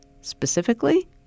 specifically